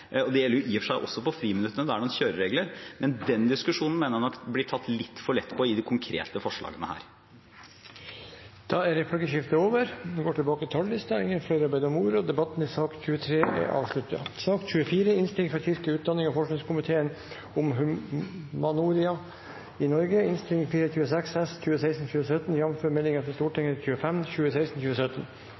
vil. Det gjelder i og for seg også i friminuttene – det er noen kjøreregler. Men den diskusjonen mener jeg nok det blir tatt litt for lett på i de konkrete forslagene her. Replikkordskiftet er over. Flere har ikke bedt om ordet til sak nr. 23. Etter ønske fra kirke-, utdannings- og forskningskomiteen vil presidenten foreslå at taletiden blir begrenset til